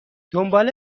دنبال